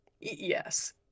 Yes